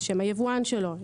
שם היבואן שלו,